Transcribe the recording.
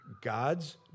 God's